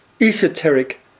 esoteric